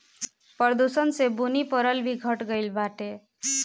प्रदूषण से बुनी परल भी घट गइल बाटे